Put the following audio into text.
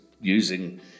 using